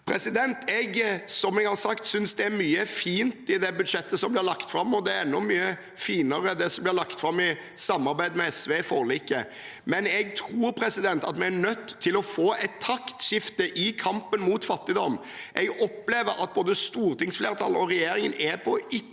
har sagt, synes jeg det er mye fint i det budsjettet som blir lagt fram, og det er enda finere, det som blir lagt fram i samarbeid med SV i forliket, men jeg tror vi er nødt til å få et taktskifte i kampen mot fattigdom. Jeg opplever at både stortingsflertallet og regjeringen er på etterskudd,